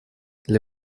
для